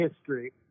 history